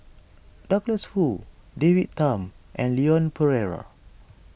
Douglas Foo David Tham and Leon Perera